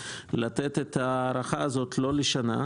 לתת את ההארכה הזאת לא לשנה,